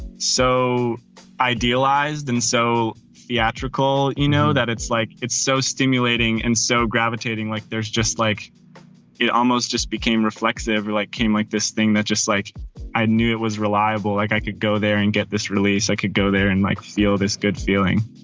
so idealized and so theatrical, you know, that it's like it's so stimulating and so gravitating, like there's just like it almost just became reflexive. every light came like this thing that just like i knew it was reliable, like i could go there and get this release, i could go there and might feel this good feeling